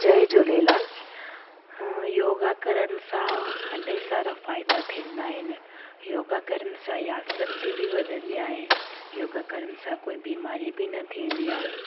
जय झूलेलाल अ योगा करण सां इलाही सारा फ़ाइदा थींदा आहिनि योगा करण सां यादि शक्ती बि वधंदी आहे योगा करण सां कोई बीमारी बि न थींदी आहे